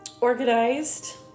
organized